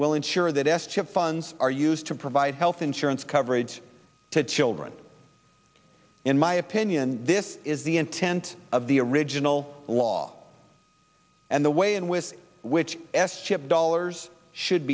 will ensure that as ons are used to provide health insurance coverage to children in my opinion this is the intent of the original law and the way and with which s chip dollars should